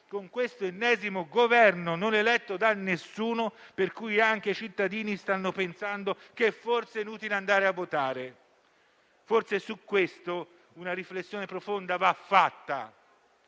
con l'ennesimo Governo non eletto da nessuno, per cui molti cittadini stanno pensando che forse è inutile andare a votare. Forse su questo una riflessione profonda va fatta.